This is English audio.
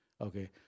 okay